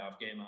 game